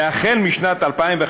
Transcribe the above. ומשנת 2005,